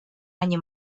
они